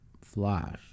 Flash